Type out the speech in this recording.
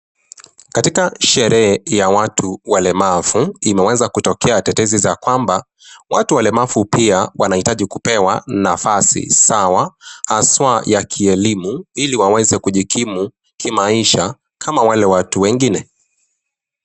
Katika sherehe ya watu walemavu, imeweza kutokea tetezi za kwamba, watu walemavu pia wanahitaji kupewa nafasi sawa haswa ya kielimu, ili waweze kujikimu kimaisha kama wale watu wengine.